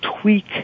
tweak